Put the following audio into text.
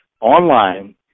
online